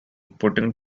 putting